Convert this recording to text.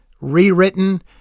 rewritten